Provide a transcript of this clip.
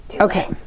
Okay